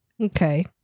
Okay